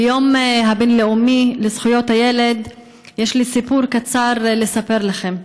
ביום הבין-לאומי לזכויות הילד יש לי סיפור קצר לספר לכם.